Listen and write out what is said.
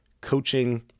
coaching